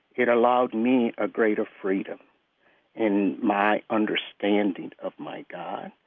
it allowed me a greater freedom in my understanding of my god.